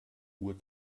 uhr